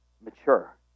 Mature